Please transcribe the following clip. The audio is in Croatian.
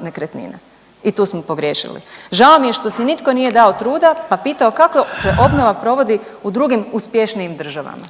nekretnine i tu smo pogriješili. Žao mi je što si nitko nije dao truda pa pitao kako se obnova provodi u drugim uspješnijim državama.